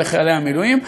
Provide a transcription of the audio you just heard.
לחיילי המילואים,